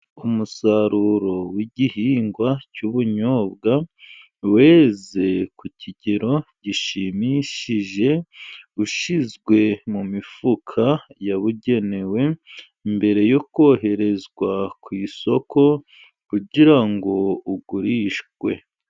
Umusaruro w igihingwa cy'ubunyobwa, weze ku kigero gishimishije, ushyizwe mu mifuka yabugenewe, mbere yo koherezwa ku isoko, kugira ngo ugurishwe.